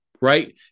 right